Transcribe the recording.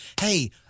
hey